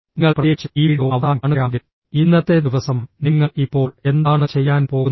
നിങ്ങൾ പ്രത്യേകിച്ചും ഈ വീഡിയോ അവസാനം കാണുകയാണെങ്കിൽ ഇന്നത്തെ ദിവസം നിങ്ങൾ ഇപ്പോൾ എന്താണ് ചെയ്യാൻ പോകുന്നത്